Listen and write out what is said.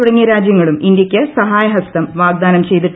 തുടങ്ങിയ രാജ്യങ്ങളും ഇന്ത്യയ്ക്ക് സഹായ ഹസ്തം വാഗ്ദാനം ചെയ്തിട്ടുണ്ട്